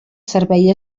servei